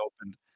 opened